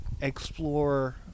explore